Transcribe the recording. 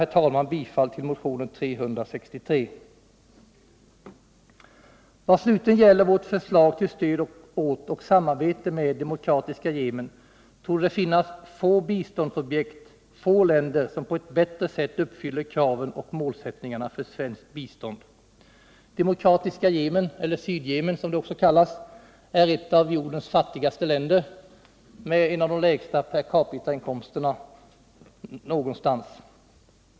Jag yrkar bifall till motionen 363. Vad slutligen gäller vårt förslag till stöd åt och samarbete med Demokratiska folkrepubliken Yemen torde det finnas få biståndsobjekt, få länder, som på ett bättre sätt uppfyller kraven och målsättningarna för svenskt bistånd. Demokratiska folkrepubliken Yemen, eller Sydyemen som det också kallas, är ett av jordens fattigaste länder med en av de lägsta per capita-inkomsterna någonstans.